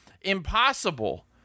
impossible